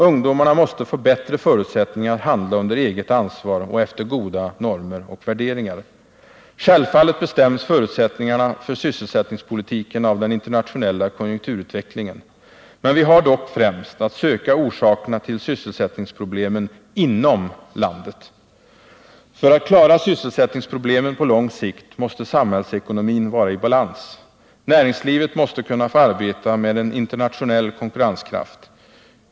Ungdomarna måste få bättre förutsättningar att handla under eget ansvar och efter goda normer och värderingar. Självfallet bestäms förutsättningarna för sysselsättningspolitiken av den internationella konjunkturutvecklingen. Men vi har dock att främst söka orsakerna till sysselsättningsproblemen inom landet. För att klara sysselsättningsproblemen på lång sikt måste samhällsekonomin vara i balans. Näringslivet måste kunna få arbeta med en internationell konkurrenskraft.